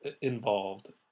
involved